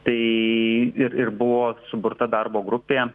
tai ir ir buvo suburta darbo grupė